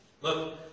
look